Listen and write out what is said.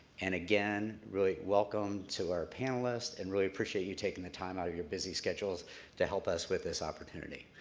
and again, really welcome to our panelists and really appreciate you taking the time out of your busy schedules to help us with this opportunity.